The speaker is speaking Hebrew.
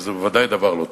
וזה ודאי דבר לא טוב.